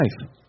life